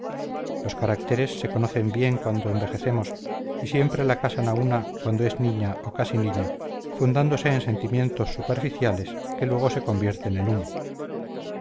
los caracteres se conocen bien cuando envejecemos y siempre la casan a una cuando es niña o casi niña fundándose en sentimientos superficiales que luego se convierten en humo